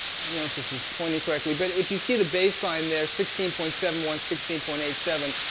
i don't know if this is pointing correctly, but if you see the baseline there, sixteen point seven one, sixteen point eight seven,